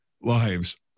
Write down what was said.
lives